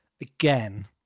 Again